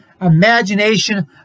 imagination